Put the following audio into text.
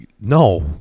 no